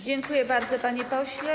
Dziękuję bardzo, panie pośle.